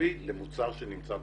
אפקטיבי למוצר שנמצא במחסור.